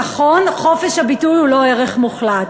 נכון שחופש הביטוי הוא לא ערך מוחלט,